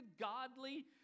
godly